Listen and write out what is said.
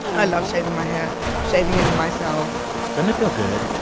i love shaving my hair shaving it myself doesn't it feel good?